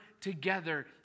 together